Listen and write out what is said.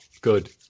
good